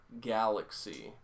galaxy